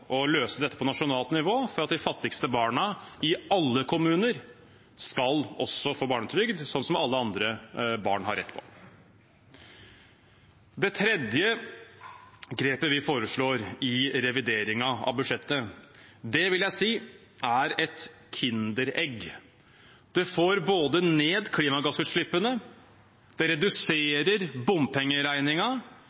og løse dette på nasjonalt nivå, for at de fattigste barna i alle kommuner også skal få barnetrygd, slik som alle andre barn har rett på. Det tredje grepet vi foreslår i revideringen av budsjettet, vil jeg si er et kinderegg. Det får ned klimagassutslippene, det